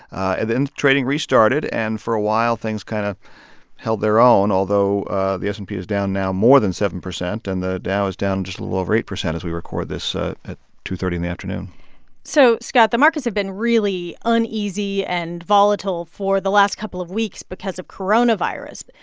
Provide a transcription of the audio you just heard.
and then trading restarted. and for a while, things kind of held their own, although ah the s and p is down now more than seven percent, and the dow is down just a little over eight percent as we record this ah two thirty in the afternoon so scott, the markets have been really uneasy and volatile for the last couple of weeks because of coronavirus.